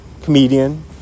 comedian